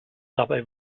dabei